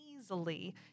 easily